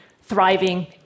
thriving